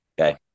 Okay